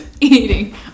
Eating